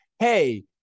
Hey